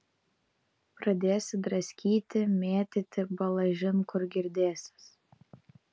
pradėsi draskyti mėtyti balažin kur girdėsis